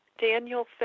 Daniel